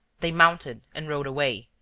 they mounted and rode away.